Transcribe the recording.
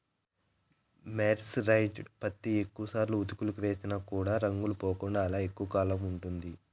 mercerised పత్తి ఎక్కువ సార్లు ఉతుకులకి వేసిన కూడా రంగు పోకుండా అలానే ఎక్కువ కాలం ఉంటుంది